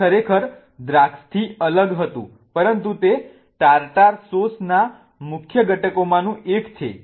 તે ખરેખર દ્રાક્ષથી અલગ હતું પરંતુ તે ટાર્ટાર સોસ ના મુખ્ય ઘટકોમાંનું એક છે